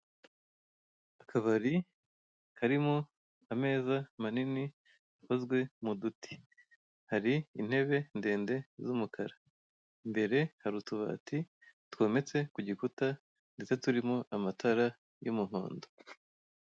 Akabari karimo ameza manini akozwe mu duti hari intebe ndende z'umukara imbere hari utubati twometse ku gikuta ndetse turimo amatara y'umuhondo.